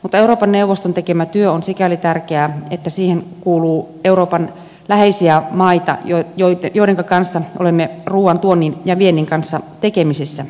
mutta euroopan neuvoston tekemä työ on sikäli tärkeää että siihen kuuluu euroopan läheisiä maita joidenka kanssa olemme ruuan tuonnin ja viennin kanssa tekemisissä